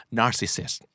narcissist